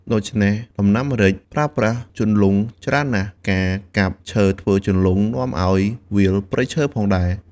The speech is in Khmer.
ដូច្នេះដំណាំម្រេច ប្រើប្រាស់ជន្លង់ ច្រើនណាស់ ការកាប់ឈើធ្វើជន្លង់នាំឱ្យវាលព្រៃឈើផងដែរ។